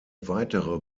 weitere